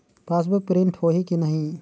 Passbook print होही कि नहीं?